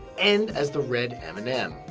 and as the red m and m.